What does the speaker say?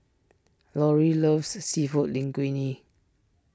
Lori loves Seafood Linguine